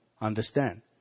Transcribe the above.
understand